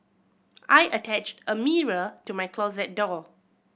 I attached a mirror to my closet door